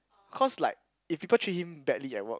cause like if people treat him badly at work